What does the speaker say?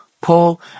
Paul